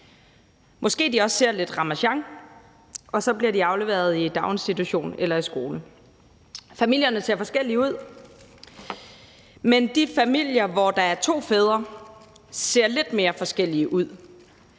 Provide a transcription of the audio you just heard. ser de også lidt Ramasjang, og så bliver de afleveret i daginstitutionen eller skolen. Familierne ser forskellige ud, men de familier, hvor der er to fædre, ser lidt mere forskellige ud,